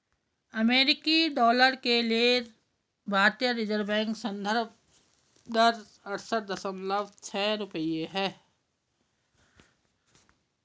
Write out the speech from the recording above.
अमेरिकी डॉलर के लिए भारतीय रिज़र्व बैंक संदर्भ दर अड़सठ दशमलव छह रुपये है